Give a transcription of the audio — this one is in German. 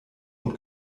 und